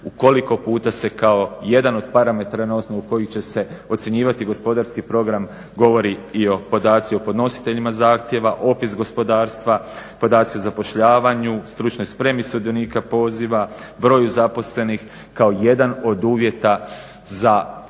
koliko puta se kao jedan od parametara na osnovu kojih će se ocjenjivati gospodarski program govori i o podaci o podnositeljima zahtjeva, opis gospodarstva, podaci o zapošljavanju, stručnoj spremi sudionika poziva, broju zaposlenih kao jedan od uvjeta za dobivanje